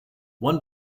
one